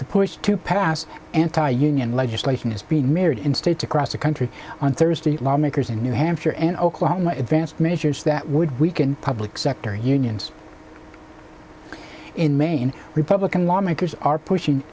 the push to pass anti union legislation is being mirrored in states across the country on thursday lawmakers in new hampshire and oklahoma advanced measures that would weaken public sector unions in maine republican lawmakers are pushing